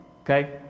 Okay